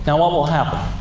and what will happen?